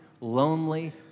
lonely